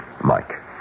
Mike